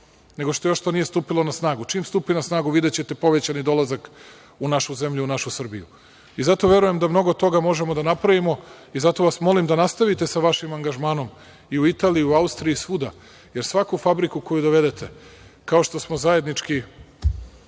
nego što to još nije stupilo na snagu, čim stupi na snagu povećani dolazak u našu zemlju u našu Srbiju. Zato verujem da mnogo toga možemo da napravimo i zato vas molim da nastavite sa vašim angažmanom i u Italiji i u Austriji i svuda, jer svaku fabriku koju dovedete, kao što smo zajednički